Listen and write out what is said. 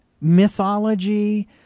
mythology